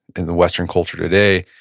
in the western culture today,